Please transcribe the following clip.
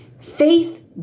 Faith